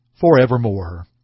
forevermore